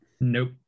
Nope